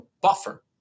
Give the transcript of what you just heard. buffer